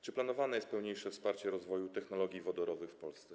Czy planowane jest pełniejsze wsparcie rozwoju technologii wodorowych w Polsce?